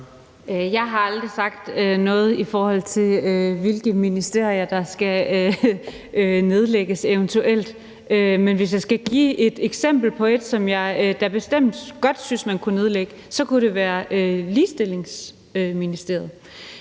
Jeg har aldrig sagt noget, i forhold til hvilke ministerier der skal nedlægges eventuelt, men hvis jeg skal give et eksempel på et ministerium, som jeg da bestemt godt synes man kunne nedlægge, kunne det være ministeriet